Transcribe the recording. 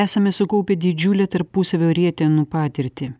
esame sukaupę didžiulę tarpusavio rietenų patirtį